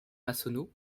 massonneau